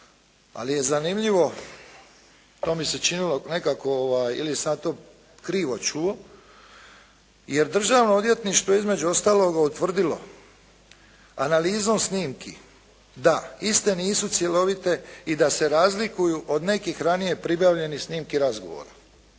ali je zanimljivo, to mi se činilo nekako ili sam ja to krivo čuo jer Državno odvjetništvo je između ostaloga utvrdilo analizom snimki da iste nisu cjelovite i da se razlikuju od nekih ranije pribavljenih snimki razgovora.